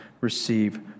receive